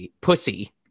pussy